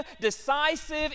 decisive